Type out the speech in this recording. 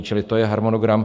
Čili to je harmonogram.